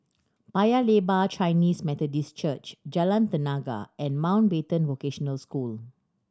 Paya Lebar Chinese Methodist Church Jalan Tenaga and Mountbatten Vocational School